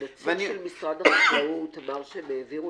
אבל נציג של משרד החקלאות אמר שהם העבירו